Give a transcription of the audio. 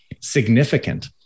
significant